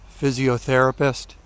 physiotherapist